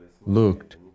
looked